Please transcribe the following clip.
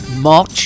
March